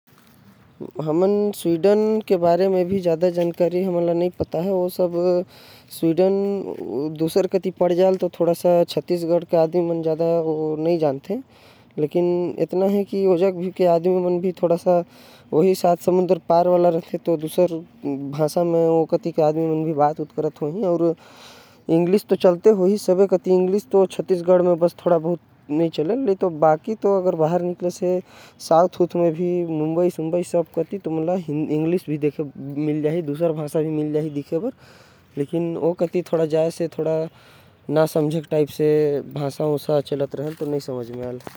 स्वीडन के बारे म भी मौके कुछ पता नही हवे। वहा के बारे मे छत्तीसगढ़ वाला मन ल ज्यादा पता नही हवे। ए हर भी बहुते दूर हवे। जहा पर लोग मन दूसरा भाषा बोलथे। अउ यहा के लोग मन के उतना पता नही हवे।